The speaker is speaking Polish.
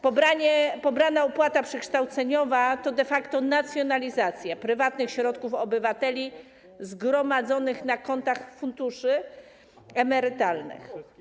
Pobranie opłaty przekształceniowej to de facto nacjonalizacja prywatnych środków obywateli zgromadzonych na kontach funduszy emerytalnych.